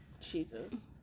Jesus